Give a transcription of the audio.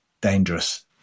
dangerous